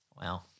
Wow